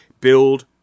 build